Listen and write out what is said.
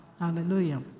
Hallelujah